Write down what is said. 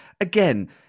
Again